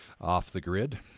off-the-grid